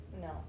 No